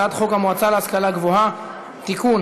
הצעת חוק המועצה להשכלה גבוהה (תיקון,